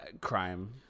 crime